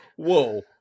Whoa